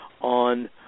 on